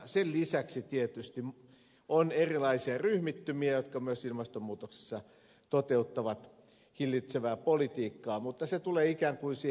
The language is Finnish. sen lisäksi tietysti on erilaisia ryhmittymiä jotka myös toteuttavat ilmastonmuutosta hillitsevää politiikkaa mutta se tulee ikään kuin siihen lisäksi